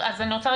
והשטח בפנים,